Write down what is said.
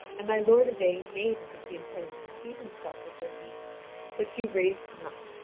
and my lord yvain made as if he intended to seat himself at her feet but she raised him up,